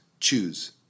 Choose